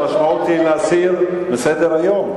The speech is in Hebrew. המשמעות היא להסיר מסדר-היום.